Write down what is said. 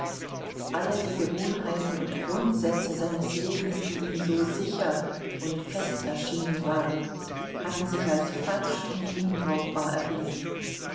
alle die gewohnheiten und grundsätze seines lebens die ihm so sicher und fest erschienen waren hatten sich als falsch und unbrauchbar erwiesen